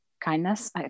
kindness